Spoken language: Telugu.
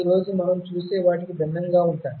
ఈ రోజు మనం చూసే వాటికి భిన్నంగా ఉంటాయి